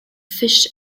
fish